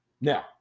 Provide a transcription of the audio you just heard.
Now